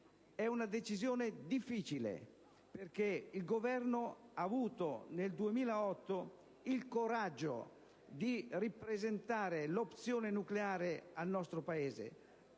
È una decisione difficile, perché il Governo nel 2008 ha avuto il coraggio di ripresentare l'opzione nucleare al nostro Paese;